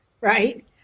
right